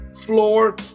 floor